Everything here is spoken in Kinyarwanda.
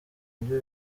byo